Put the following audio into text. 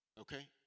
Okay